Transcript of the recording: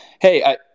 Hey